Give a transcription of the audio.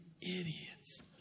idiots